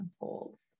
unfolds